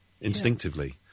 Instinctively